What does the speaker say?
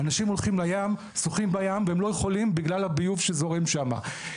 אנשים הולכים לשחות בים והם לא יכולים לעשות זאת בגלל הביוב שזורם שם.